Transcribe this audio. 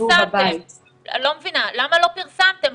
אני לא מבינה, למה לא פרסמתם?